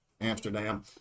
Amsterdam